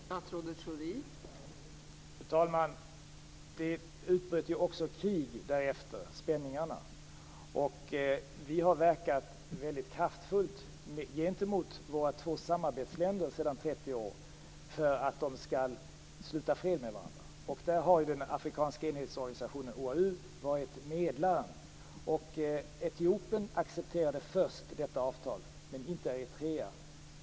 Fru talman! Det utbröt också krig efter spänningarna. Vi har verkat väldigt kraftfullt gentemot våra två samarbetsländer sedan 30 år för att de skall sluta fred med varandra. Där har den afrikanska enhetsorganisationen OAU varit medlare. Etiopien accepterade först detta avtal men det gjorde inte Eritrea.